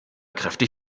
kräftig